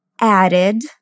added